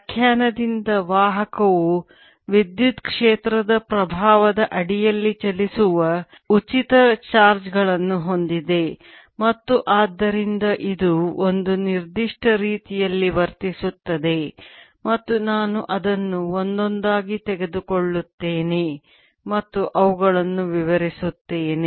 ವ್ಯಾಖ್ಯಾನದಿಂದ ವಾಹಕವು ವಿದ್ಯುತ್ ಕ್ಷೇತ್ರದ ಪ್ರಭಾವದ ಅಡಿಯಲ್ಲಿ ಚಲಿಸುವ ಉಚಿತ ಚಾರ್ಜ್ ಗಳನ್ನು ಹೊಂದಿದೆ ಮತ್ತು ಆದ್ದರಿಂದ ಇದು ಒಂದು ನಿರ್ದಿಷ್ಟ ರೀತಿಯಲ್ಲಿ ವರ್ತಿಸುತ್ತದೆ ಮತ್ತು ನಾನು ಅದನ್ನು ಒಂದೊಂದಾಗಿ ತೆಗೆದುಕೊಳ್ಳುತ್ತೇನೆ ಮತ್ತು ಅವುಗಳನ್ನು ವಿವರಿಸುತ್ತೇನೆ